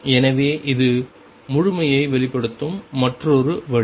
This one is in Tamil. எனவே இது முழுமையை வெளிப்படுத்தும் மற்றொரு வழி